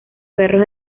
perros